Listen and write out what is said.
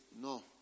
no